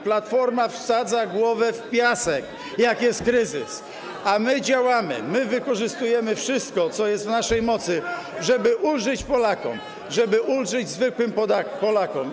Platforma wsadza głowę w piasek, jak jest kryzys, a my działamy, wykorzystujemy wszystko, co jest w naszej mocy, żeby Polakom ulżyć, ulżyć zwykłym Polakom.